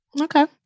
Okay